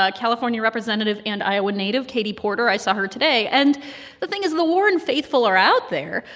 ah california representative and iowa native katie porter i saw her today. and the thing is the warren faithful are out there,